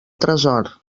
tresor